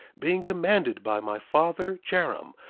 being commanded by my father, jarom,